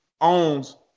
owns